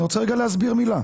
אני רוצה רגע להסביר מילה.